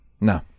no